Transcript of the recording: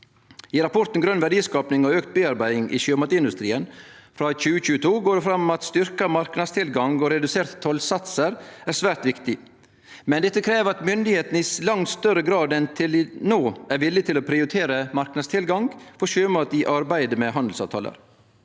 I rapporten Grønn verdiskaping og økt bearbeiding i sjømatindustrien, frå 2022, går det fram at styrkt marknadstilgang og reduserte tollsatsar er svært viktig, men dette krev at myndigheitene i langt større grad enn til no er villige til å prioritere marknadstilgang for sjømat i arbeidet med handelsavtalar.